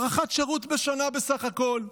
הארכת שירות בשנה בסך הכול,